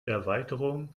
erweiterung